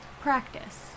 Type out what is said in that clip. practice